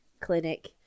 clinic